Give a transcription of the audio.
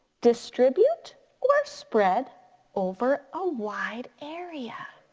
distribute or spread over a wide area.